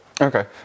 Okay